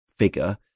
figure